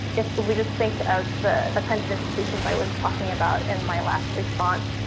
if we just think of the kinds of institutions i was talking about, in my last response,